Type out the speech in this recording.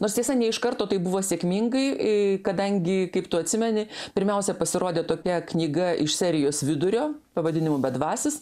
nors tiesa ne iš karto tai buvo sėkmingai kadangi kaip tu atsimeni pirmiausia pasirodė tokia knyga iš serijos vidurio pavadinimu bedvasis